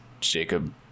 Jacob